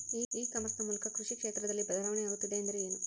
E commerce ನ ಮೂಲಕ ಕೃಷಿ ಕ್ಷೇತ್ರದಲ್ಲಿ ಬದಲಾವಣೆ ಆಗುತ್ತಿದೆ ಎಂದರೆ ಏನು?